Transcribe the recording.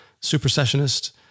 supersessionist